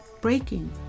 Breaking